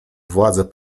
władze